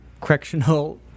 correctional